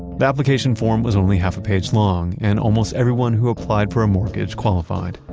the application form was only half a page long, and almost everyone who applied for a mortgage qualified.